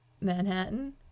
Manhattan